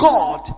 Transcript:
God